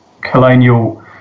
Colonial